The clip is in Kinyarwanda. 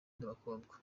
n’abakobwa